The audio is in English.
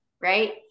right